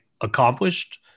accomplished